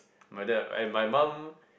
my dad and my mum